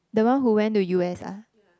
the one who went to U_S ah